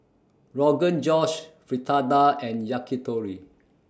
Rogan Josh Fritada and Yakitori